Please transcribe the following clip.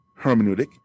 hermeneutic